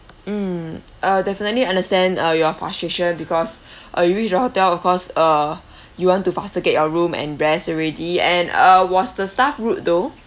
mm uh definitely understand uh your frustration because uh you reach the hotel of course uh you want to faster get your room and rest already and uh was the staff rude though